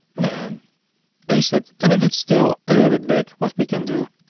and paste it. and if it's still a little bit big, what we can do,